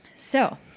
so